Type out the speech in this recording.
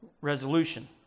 resolution